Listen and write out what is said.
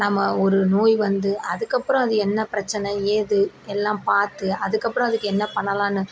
நம்ம ஒரு நோய் வந்து அதுக்கப்பறம் அது என்ன பிரச்சனை ஏது எல்லாம் பார்த்து அதுக்கப்பறம் அதுக்கு என்ன பண்ணலாம்னு